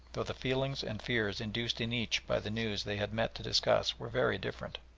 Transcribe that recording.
though the feelings and fears induced in each by the news they had met to discuss were very different.